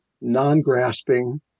non-grasping